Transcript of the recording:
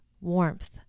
warmth